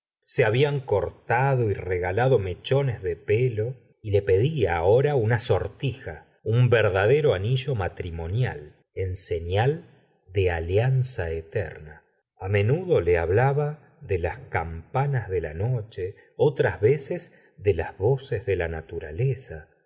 se habían cortado y regalado mechones de pelo y le pedía ahora una sortija un verdadero anillo matrimonial en señal de alianza eterna a menudo le hablaba de las campanas de la noche otras veces de las voces de la naturaleza